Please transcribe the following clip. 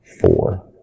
Four